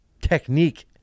technique